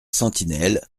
sentinelles